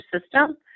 system